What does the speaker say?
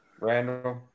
Randall